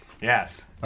yes